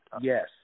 yes